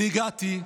אני הגעתי,